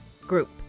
group